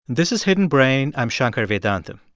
this is hidden brain. i'm shankar vedantam.